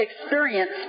experience